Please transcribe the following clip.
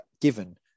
given